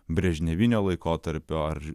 brežnevinio laikotarpio ar